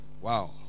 wow